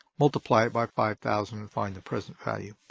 multiply it by five thousand and find the present value.